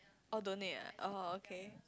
oh don't need oh okay